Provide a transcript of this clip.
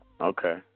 Okay